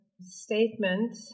statement